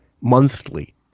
monthly